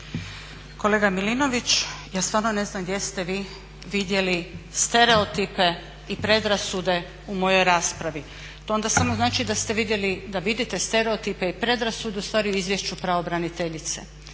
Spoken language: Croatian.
Kolega Milinović ja stvarno ne znam gdje ste vi vidjeli stereotipe i predrasude u mojoj raspravi. To onda samo znači da vidite stereotipe i predrasude ustvari u Izvješću pravobraniteljice.